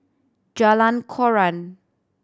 Jalan Koran